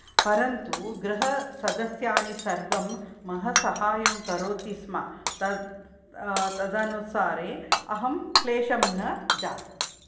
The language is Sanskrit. परन्तु गृहसदस्यानि सर्वं मम साहाय्यं करोति स्म तत् तदनुसारे अहं क्लेशं न जातम्